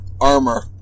armor